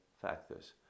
factors